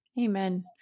Amen